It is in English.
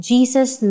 Jesus